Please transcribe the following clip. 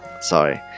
Sorry